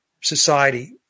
society